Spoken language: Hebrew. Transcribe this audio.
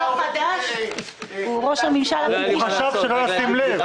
עכשיו העליתם את הטענה שאנחנו יותר יקרים